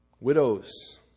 widows